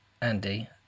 Andy